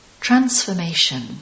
Transformation